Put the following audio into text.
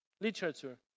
literature